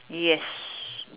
yes